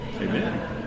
Amen